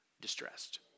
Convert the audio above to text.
distressed